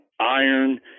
iron